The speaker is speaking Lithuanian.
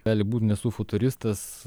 gali būt nesu futuristas